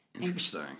Interesting